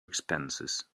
expenses